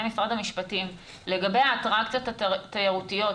משרד המשפטים: לגבי האטרקציות התיירותיות,